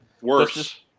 Worse